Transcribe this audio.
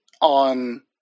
on